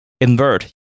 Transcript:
invert